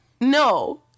No